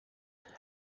and